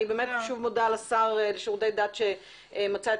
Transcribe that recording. אני שוב מודה לשר לשירותי דת שמצא את